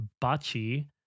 Bachi